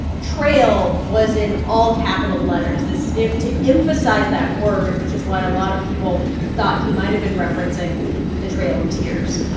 trail was in all capital letters as if to emphasize that word, which is why a lot of people thought he might have been referencing the trail of tears.